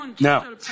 Now